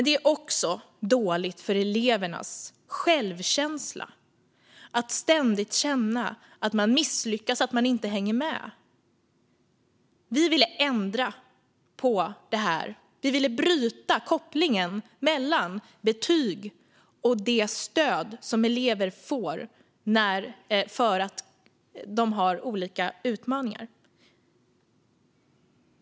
Det är också dåligt för elevernas självkänsla att ständigt känna att man misslyckas och att man inte hänger med. Vi ville ändra på detta. Vi ville bryta kopplingen mellan betyg och det stöd som elever får för att de har olika utmaningar.